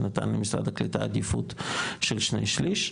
שנתן למשרד הקליטה עדיפות של שני שליש.